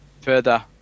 further